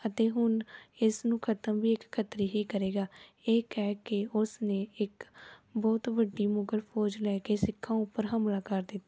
ਅਤੇ ਹੁਣ ਇਸ ਨੂੰ ਖਤਮ ਵੀ ਇੱਕ ਖੱਤਰੀ ਹੀ ਕਰੇਗਾ ਇਹ ਕਹਿ ਕੇ ਉਸ ਨੇ ਇੱਕ ਬਹੁਤ ਵੱਡੀ ਮੁਗਲ ਫੌਜ ਲੈ ਕੇ ਸਿੱਖਾਂ ਉੱਪਰ ਹਮਲਾ ਕਰ ਦਿੱਤਾ